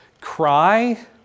cry